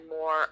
more